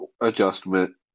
adjustment